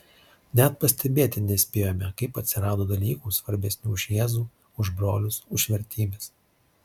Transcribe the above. net pastebėti nespėjome kaip atsirado dalykų svarbesnių už jėzų už brolius už vertybes